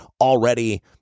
already –